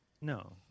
No